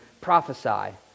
Prophesy